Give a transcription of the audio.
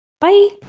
Bye